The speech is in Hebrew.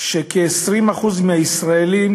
שכ-20% מהישראלים